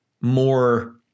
more